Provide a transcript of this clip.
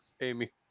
Amy